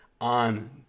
on